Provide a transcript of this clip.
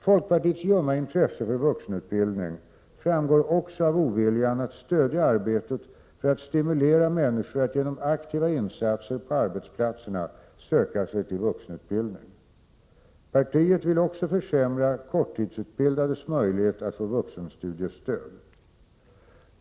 Folkpartiets ljumma intresse för vuxenutbildning framgår också av oviljan att stödja arbetet för att stimulera människor att genom aktiva insatser på arbetsplatserna söka sig till vuxenutbildning. Partiet vill även försämra korttidsutbildades möjlighet att få vuxenstudiestöd.